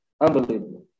unbelievable